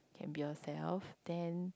can be yourself then